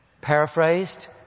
Paraphrased